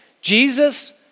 Jesus